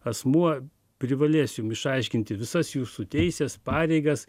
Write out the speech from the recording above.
asmuo privalės jum išaiškinti visas jūsų teises pareigas